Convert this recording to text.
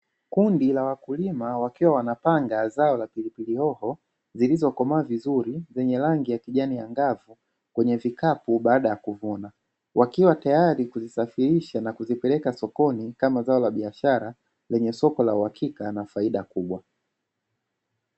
Kundi la wakulima wakiwa wanapanga zao la pilipili hoho zilizokomaa vizuri, zenye rangi ya kijani angavu kwenye vikapu baada ya kuvuna. Wakiwa tayari kuzisafiridha na kuzipeleka sokoni kama zao la biashara lenye soko la uhakika na faida kubwa.